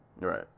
Right